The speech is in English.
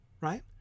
right